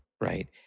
Right